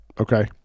Okay